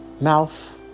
Mouth